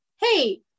hey